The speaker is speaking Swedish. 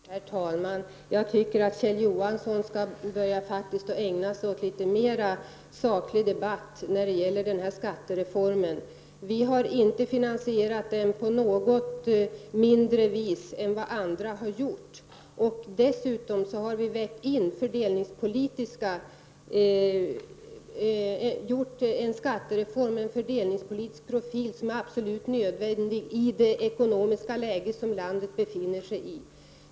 Herr talman! Jag tycker att Kjell Johansson skall börja ägna sig åt litet mer saklig debatt när det gäller den här skattereformen. Vi har inte finansierat den i någon mindre omfattning än vad andra har gjort. Dessutom har vi konstruerat en skattereform med en fördelningspolitisk profil som är absolut nödvändig i det ekonomiska läge som landet befinner sig i.